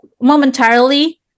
momentarily